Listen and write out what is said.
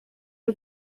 y’u